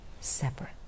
separate